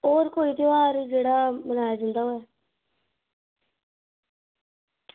होर कोई ध्यार जेह्ड़ा मनाया जंदा होऐ